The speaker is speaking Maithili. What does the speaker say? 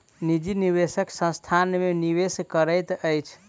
निजी निवेशक संस्थान में निवेश करैत अछि